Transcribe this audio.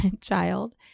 child